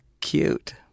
cute